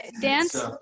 dance